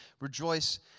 Rejoice